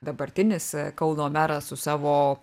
dabartinis e kauno meras su savo